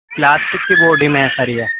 plastic کی body میں ہے سر یہ